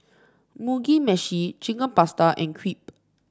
Mugi Meshi Chicken Pasta and Crepe